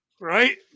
right